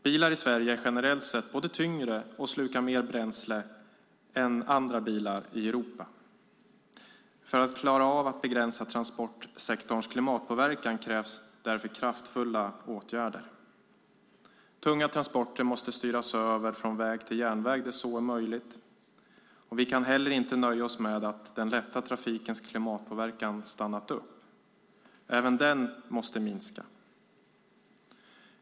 Bilar i Sverige är generellt sett både tyngre och slukar mer bränsle än bilarna i övriga Europa. För att klara av att begränsa transportsektorns klimatpåverkan krävs därför kraftfulla åtgärder. Tunga transporter måste styras över från väg till järnväg där så är möjligt. Vi kan heller inte nöja oss med att den lätta trafikens klimatpåverkan har stannat upp. Även den måste minska.